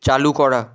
চালু করা